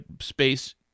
space